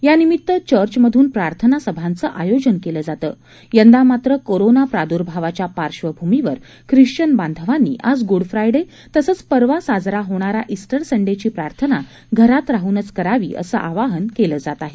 यानिमित चर्चमधून प्रार्थना सभांचं आयोजन केलं जातं यंदा मात्र कोरोना प्राद्र्भावाच्या पार्श्वभूमीवर ख्रिश्चन बांधवांनी आज ग्डफ्रायडे तसंच परवा साजऱ्या होणाऱ्या इस्टर संडेची प्रार्थना घरात राह्नच करावी असं आवाहन केलं जात आहे